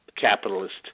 capitalist